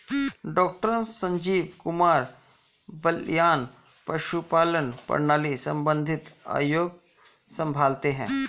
doctor Sanjeev Kumar Baliyan पशुपालन प्रणाली संबंधित आयोग संभालते हैं